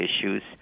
issues